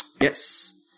Yes